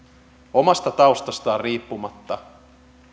omasta taustastaan riippumatta